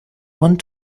want